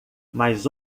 mas